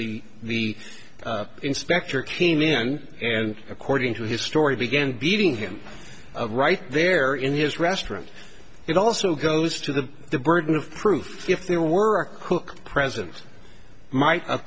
the the inspector came in and according to his story began beating him right there in his restaurant it also goes to the the burden of proof if there were a cook present m